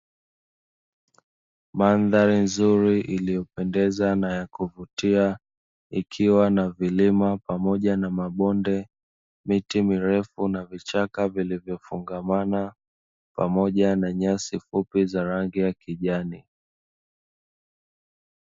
Mandhari nzuri iliyopendeza na ya kuvutia ikiwa na vilima pamoja na mabonde, miti mirefu na vichaka vilivyofungamana, pamoja na nyasi fupi za rangi ya kijani.